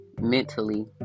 mentally